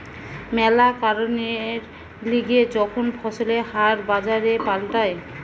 ম্যালা কারণের লিগে যখন ফসলের হার বাজারে পাল্টায়